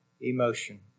emotion